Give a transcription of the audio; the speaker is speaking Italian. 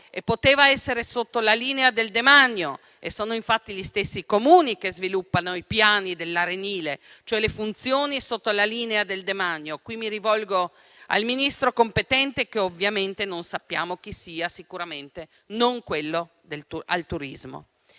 e poteva esserci sotto la linea del Demanio. Sono infatti gli stessi Comuni che sviluppano i piani dell'arenile, cioè le funzioni sotto la linea del Demanio. Qui mi rivolgo al Ministro competente, che ovviamente non sappiamo chi sia, sicuramente non quello del turismo.